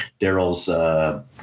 Daryl's